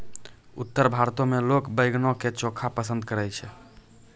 उत्तर भारतो मे लोक बैंगनो के चोखा पसंद करै छै